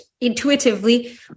intuitively